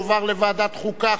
לדיון מוקדם בוועדת החוקה,